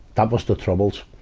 that was the trouble.